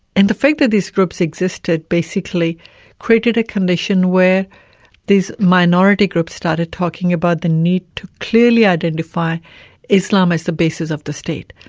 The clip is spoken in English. and the fact that these groups existed basically created a condition where these minority groups started talking about the need to clearly identify islam as the basis of the state.